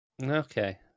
Okay